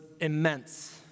immense